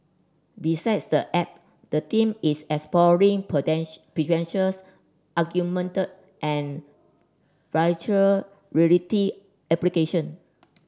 besides the app the team is exploring potential potentials augmented and virtual reality application